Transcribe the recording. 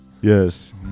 Yes